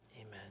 Amen